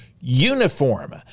uniform